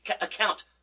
account